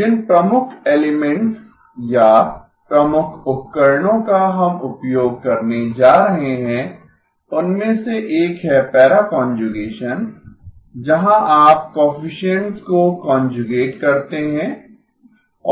जिन प्रमुख एलिमेंट्स या प्रमुख उपकरणों का हम उपयोग करने जा रहे हैं उनमें से एक है पैरा कांजुगेसन जहाँ आप कोएफिसिएन्ट्स को कांजुगेट करते हैं